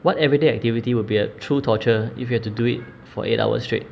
what everyday activity would be a true torture if you have to do it for eight hours straight